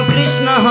Krishna